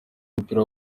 umupira